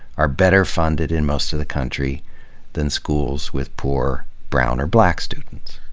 are better funded in most of the country than schools with poor brown or black students.